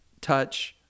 touch